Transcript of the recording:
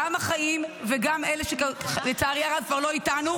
גם החיים וגם אלה שלצערי הרב כבר לא איתנו,